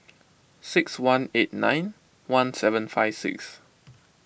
six one eight nine one seven five six